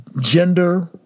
gender